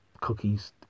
cookies